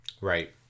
Right